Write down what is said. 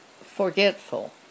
forgetful